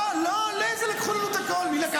איזה, לקחו לנו הכול.